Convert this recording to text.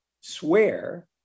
swear